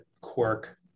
quirk